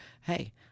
Hey